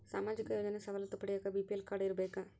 ಸಾಮಾಜಿಕ ಯೋಜನೆ ಸವಲತ್ತು ಪಡಿಯಾಕ ಬಿ.ಪಿ.ಎಲ್ ಕಾಡ್೯ ಇರಬೇಕಾ?